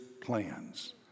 plans